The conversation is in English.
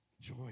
joy